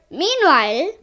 meanwhile